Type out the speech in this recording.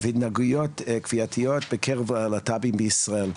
והתנהגויות כפייתיות בקרב הלהט"בים בישראל.